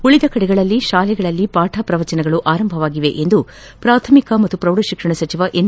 ಉಳಿದ ಕಡೆಗಳಲ್ಲಿ ಶಾಲೆಗಳಲ್ಲಿ ಪಾಠ ಪ್ರವಚನಗಳು ಆರಂಭವಾಗಿವೆ ಎಂದು ಪ್ರಾಥಮಿಕ ಮತ್ತು ಪ್ರೌಢ ಶಿಕ್ಷಣ ಸಚಿವ ಎನ್